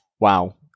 wow